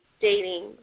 dating